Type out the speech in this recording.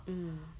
mm